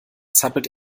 zappelt